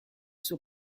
suo